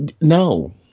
no